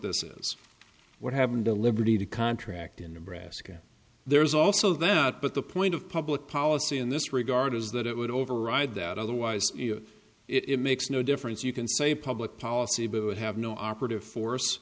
this is what happened to liberty to contract in nebraska there's also that but the point of public policy in this regard is that it would override that otherwise you know it makes no difference you can say public policy but have no operative force